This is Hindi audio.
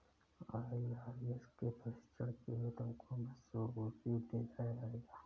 आई.आर.एस के प्रशिक्षण के लिए तुमको मसूरी ले जाया जाएगा